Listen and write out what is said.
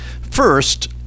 First